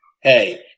hey